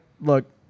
look